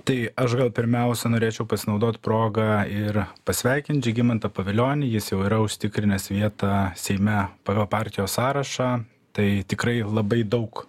tai aš gal pirmiausia norėčiau pasinaudot proga ir pasveikint žygimantą pavilionį jis jau yra užsitikrinęs vietą seime pagal partijos sąrašą tai tikrai labai daug